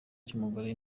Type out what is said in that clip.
cy’umugore